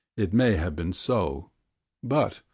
it may have been so but,